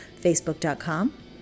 facebook.com